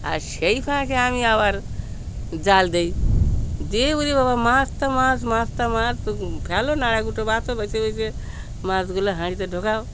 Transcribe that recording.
আর সেই ফাঁকে আমি আবার জাল দিই দিয়ে ওরে বাবা মাছতে মাছ মাছতে মাছ ফেলো নাড়াকুটো বাছো বেছে বেছে মাছগুলো হাঁড়িতে ঢোকাও